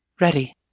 Ready